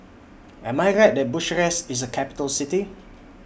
Am I Right that Bucharest IS A Capital City